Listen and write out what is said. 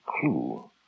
clue